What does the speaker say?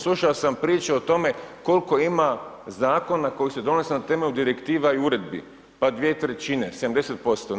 Slušao sam priče o tome koliko ima zakona koje su se donesle na temelju direktive i uredbi, pa 2/3, 70%